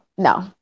No